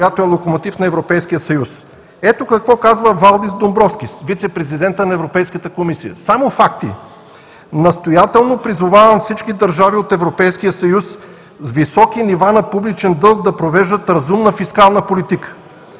която е локомотив на Европейския съюз. Ето, какво казва Валдис Домбровскис – вицепрезидентът на Европейската комисия, само факти: „Настоятелно призовавам всички държави от Европейския съюз с високи нива на публичен дълг да провеждат разумна фискална политика